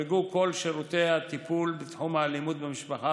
הוחרגו כל שירותי הטיפול בתחום האלימות במשפחה